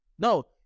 No